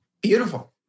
Beautiful